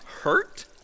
Hurt